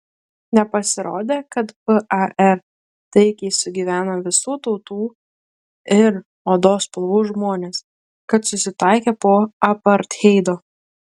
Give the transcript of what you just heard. nepasirodė kad par taikiai sugyvena visų tautų ir odos spalvų žmonės kad susitaikė po apartheido